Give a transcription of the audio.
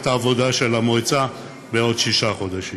העבודה של המועצה בעוד שישה חודשים.